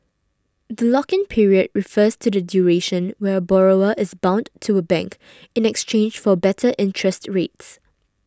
the lock in period refers to the duration where a borrower is bound to a bank in exchange for better interest rates